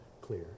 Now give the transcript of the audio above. clear